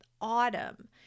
autumn